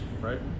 right